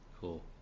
cool